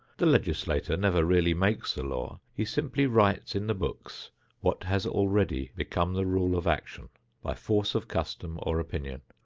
the legislator never really makes the law he simply writes in the books what has already become the rule of action by force of custom or opinion,